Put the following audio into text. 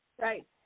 Right